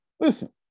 Listen